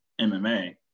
MMA